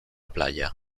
playa